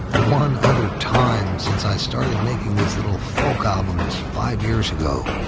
one other time, since i started making these little folk albums five years ago.